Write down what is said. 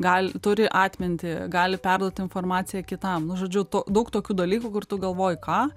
gal turi atmintį gali perduoti informaciją kitam nu žodžiu to daug tokių dalykų kur tu galvoji ką